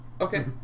Okay